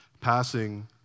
passing